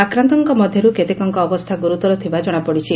ଆକ୍ରାନ୍ତଙ୍କ ମଧରୁ କେତେକଙ୍କ ଅବସ୍ଥା ଗୁରୁତର ଥିବା ଜଣାପଡିଛି